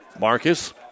Marcus